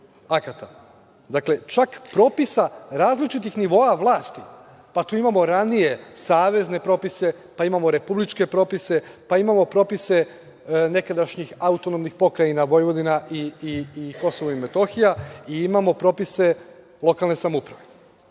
Dakle, čak propisa različitih nivoa vlasti. Tu imamo ranije savezne propise, pa imamo republičke propise, pa imamo propise nekadašnjih autonomnih pokrajina Vojvodina i Kosovo i Metohija i imamo propise lokalne samouprave. Kao